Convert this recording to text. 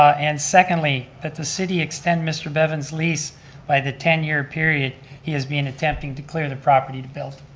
and, secondly, that the city extend mr. bevan's lease by the ten year period he's been attempting to clear the property to build.